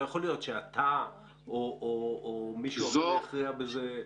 לא יכול להיות שאתה או מישהו יכריע בזה.